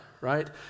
right